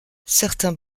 certains